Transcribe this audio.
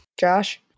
Josh